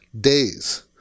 days